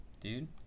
dude